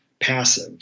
passive